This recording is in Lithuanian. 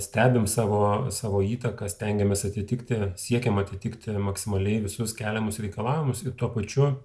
stebim savo savo įtaką stengiamės atitikti siekiama atitikti maksimaliai visus keliamus reikalavimus ir tuo pačiu